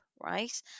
right